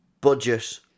budget